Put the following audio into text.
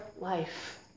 life